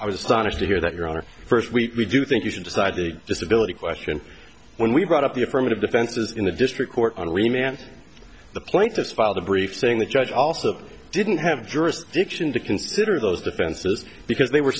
astonished to hear that your honor first we do think you should decide the disability question when we brought up the affirmative defenses in the district court only man the plaintiffs filed a brief saying the judge also didn't have jurisdiction to consider those defenses because they were